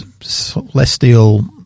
celestial